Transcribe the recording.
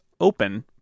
open